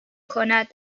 کند